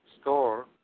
store